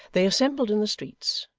they assembled in the streets,